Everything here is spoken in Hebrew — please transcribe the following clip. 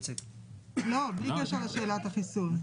לא, בלי קשר לשאלת החיסון.